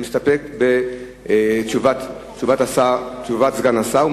מסתפק בתשובת סגן השר,